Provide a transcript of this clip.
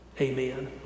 Amen